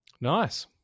Nice